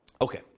Okay